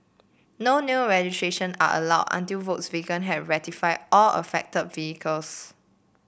no new registration are allowed until Volkswagen have rectify all affected vehicles